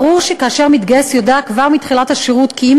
ברור שכאשר מתגייס יודע כבר מתחילת השירות כי אם